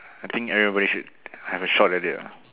I think everybody should have a shot at it